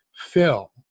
Phil